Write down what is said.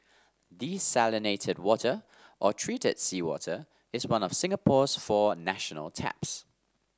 desalinated water or treated seawater is one of Singapore's four national taps